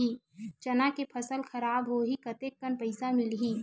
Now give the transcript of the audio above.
चना के फसल खराब होही कतेकन पईसा मिलही?